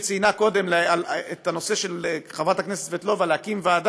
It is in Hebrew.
שציינה קודם את הנושא של הקמת ועדה,